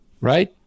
right